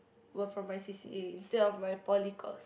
were from my C_C_A instead of my poly cause